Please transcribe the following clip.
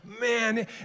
man